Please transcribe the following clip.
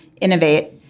innovate